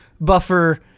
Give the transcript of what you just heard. buffer